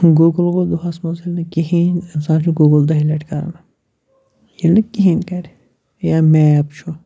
Google گوٚو دۄہَس منٛزٕ نہٕ کِہیٖنۍ اِنسان چھُ گوٗگٕل دَہہِ لَٹہِ کَران ییٚلہِ نہٕ کِہیٖنۍ کَرِ یا میپ چھُ